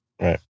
Right